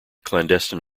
clandestine